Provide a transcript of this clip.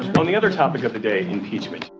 on the other topic of the day impeachment